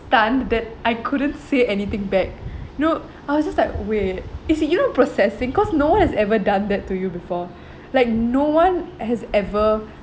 stunned that I couldn't say anything back you know I was just like wait it's you know processing cause no one has ever done that to you before like no one has ever